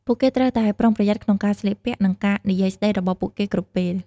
ពួកគេត្រូវតែប្រុងប្រយ័ត្នក្នុងការស្លៀកពាក់ និងការនិយាយស្តីរបស់ពួកគេគ្រប់ពេល។